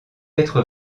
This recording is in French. être